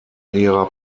ihrer